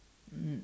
mm